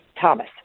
Thomas